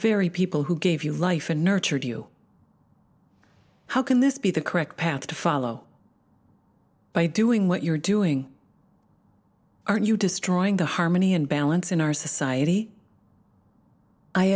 very people who gave you life and nurtured you how can this be the correct path to follow by doing what you're doing aren't you destroying the harmony and balance in our society i